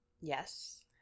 yes